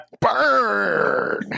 Burn